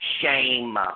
shame